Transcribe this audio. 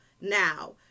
now